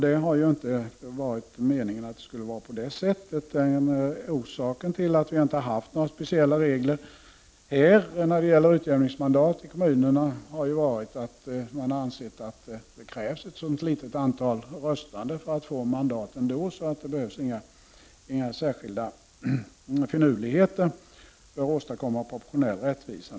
Detta har inte varit meningen. Orsaken till att vi inte har haft några speciella regler för utjämningsmandat i kommunerna har varit att man ansett att det krävs ett så litet antal rös tande för att få mandat att det inte skulle behövas några särskilda finurlighe — Prot. 1989/90:26 ter för att åstadkomma proportionell rättvisa.